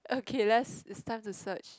okay let's is time to search